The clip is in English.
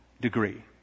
degree